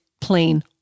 plain